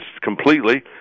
completely